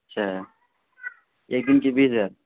اچھا ایک دن کے بیس ہزار